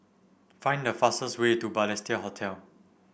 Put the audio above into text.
find the fastest way to Balestier Hotel